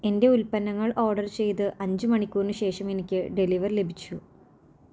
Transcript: എന്റെ ഉൽപ്പന്നങ്ങൾ ഓർഡറ് ചെയ്ത് അഞ്ച് മണിക്കൂറിന് ശേഷം എനിക്ക് ഡെലിവർ ലഭിച്ചു